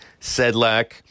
Sedlak